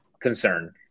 concern